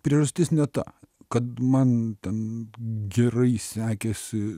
priežastis ne ta kad man ten gerai sekėsi